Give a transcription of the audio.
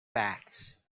facts